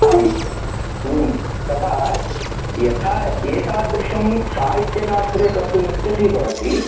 आम् ह्म् तथा यथा एतादृशं साहित्यशास्त्रे कर्तुम् इच्छसि भवसि